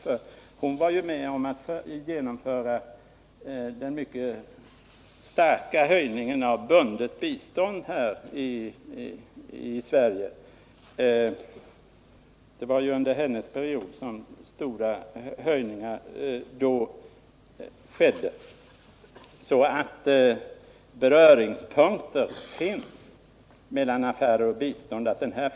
Under hennes tid som biståndsminister genomfördes den mycket stora höjningen av andelen bundet bistånd från Sverige. Det finns alltså redan beröringspunkter mellan affärer och bistånd.